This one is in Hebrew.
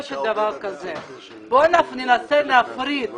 בואו ננסה להפריד את